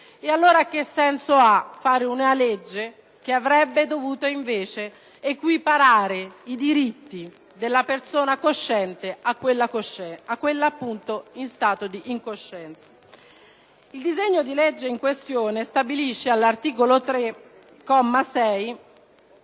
Allora che senso ha fare una legge che avrebbe dovuto invece equiparare i diritti della persona cosciente a quelli della persona che si trova in stato di incoscienza? Il disegno di legge in questione stabilisce, all'articolo 3,